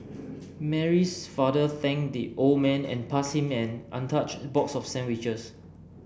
Mary's father thanked the old man and passed him an untouched box of sandwiches